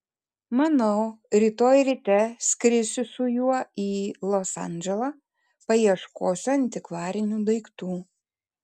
manau rytoj ryte skrisiu su juo į los andželą paieškosiu antikvarinių daiktų